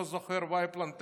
לא זוכר את הוואי פלנטיישן,